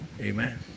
Amen